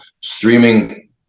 streaming